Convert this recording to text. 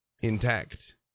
intact